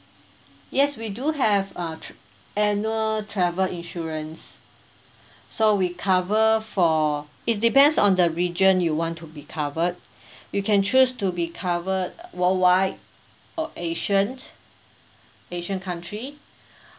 yes we do have uh tr~ annual travel insurance so we cover for its depends on the region you want to be covered you can choose to be covered worldwide or asian asian country